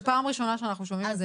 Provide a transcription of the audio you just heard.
זו פעם ראשונה שאנחנו שומעים את זה,